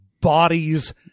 bodies